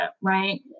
right